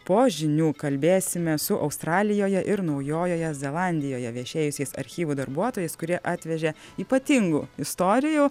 po žinių kalbėsime su australijoje ir naujojoje zelandijoje viešėjusiais archyvų darbuotojais kurie atvežė ypatingų istorijų